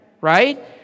right